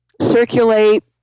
circulate